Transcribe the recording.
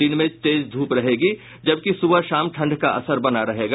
दिन में तेज ध्रप रहेगी जबकि सुबह शाम ठंड का असर बना रहेगा